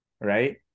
right